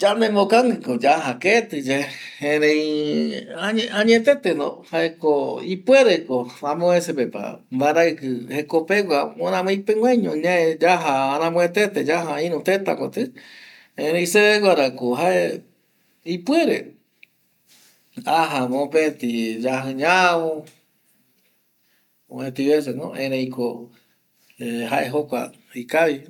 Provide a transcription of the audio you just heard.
Yandemokandiko yaja keti yae erei añeteteno jaaeko ipuere ko amovece ko mbaraiki jekopegua miramii peguaño ñae yaja, aramoete te yaja iru teta koti, erei seveguara ko jae ipuereko aja mopeti yaji ñavo, mpeti vece no erei ko jae jokua ikavi